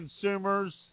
consumers